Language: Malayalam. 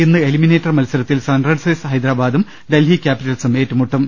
ഇന്ന് എലിമിനേറ്റർ മത്സരത്തിൽ സൺറൈസേഴ്സ് ഹൈദരബാദും ഡൽഹി ക്യാപി റ്റൽസും ഏറ്റുമുട്ടും